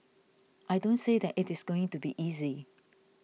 I don't say that it is going to be easy